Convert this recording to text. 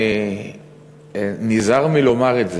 אני נזהר מלומר את זה,